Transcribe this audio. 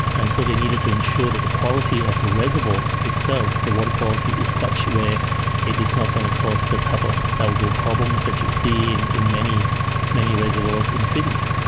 and so they needed to ensure that the quality of the reservoir itself, the water quality is such where it is not going to cause the type of algal problems that you see in in many many reservoirs in in cities.